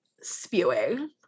spewing